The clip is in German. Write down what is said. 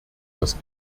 das